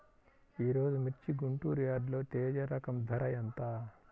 ఈరోజు మిర్చి గుంటూరు యార్డులో తేజ రకం ధర ఎంత?